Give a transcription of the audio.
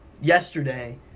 yesterday